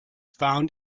found